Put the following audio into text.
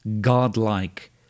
godlike